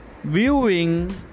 Viewing